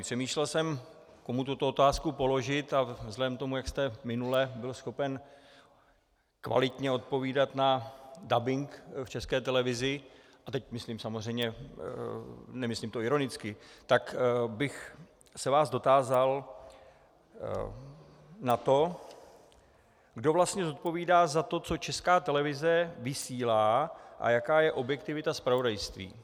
Přemýšlel jsem, komu tuto otázku položit, a vzhledem k tomu, jak jste minule byl schopen kvalitně odpovídat na dabing v České televizi a teď samozřejmě nemyslím to ironicky tak bych se vás dotázal na to, kdo vlastně zodpovídá za to, co Česká televize vysílá a jaká je objektivita zpravodajství.